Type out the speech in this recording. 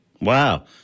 Wow